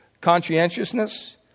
Conscientiousness